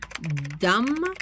Dumb